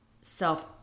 self